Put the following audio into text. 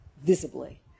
visibly